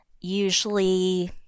Usually